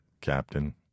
Captain